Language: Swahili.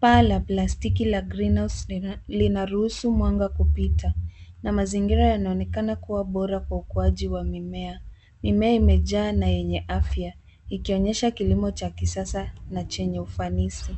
Paa ya kila greenhouse linaruhusu mwanga kupita na mazingira yanaonekana kuwa bora kwa ukuaji wa mimea. Mimea imejaa na yenye afya ikionyesha kilimo cha kisasa na chenye ufanisi.